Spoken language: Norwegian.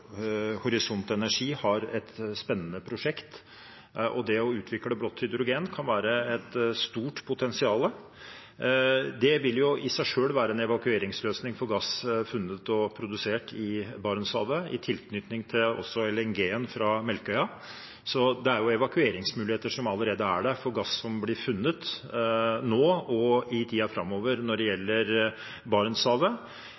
Horisont Energi har et spennende prosjekt. Det å utvikle blått hydrogen kan være et stort potensial. Det vil i seg selv være en evakueringsløsning for gass funnet og produsert i Barentshavet i tilknytning til LNG-en fra Melkøya. Så det er evakueringsmuligheter som allerede er der for gass som blir funnet nå og i tiden framover, når det